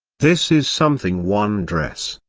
this is something wondrous,